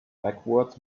backwards